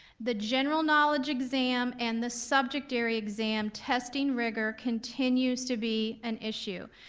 the general knowledge exam and the subject area exam, testing rigor continues to be an issue.